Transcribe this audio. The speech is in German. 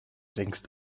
längst